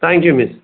thank you miss